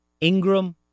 Ingram